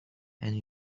and